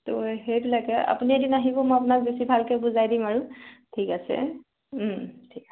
তো সেইবিলাকে আপুনি এদিন আহিব মই আপোনাক বেছি ভালকৈ বুজাই দিম আৰু ঠিক আছে ঠিক আছে